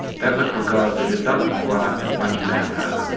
that was because they did not require as much manpower.